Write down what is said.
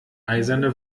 eiserne